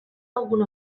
alguna